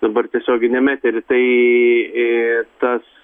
dabar tiesioginiam etery tai tas